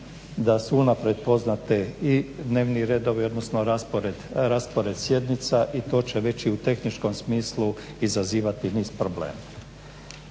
da su unaprijed poznati i dnevni redovi odnosno raspored sjednica i to će već i u tehničkom smislu izazivati niz problema.